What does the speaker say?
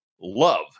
love